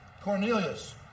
Cornelius